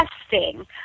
testing